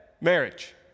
marriage